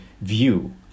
view